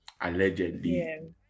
allegedly